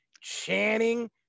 Channing